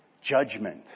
Judgment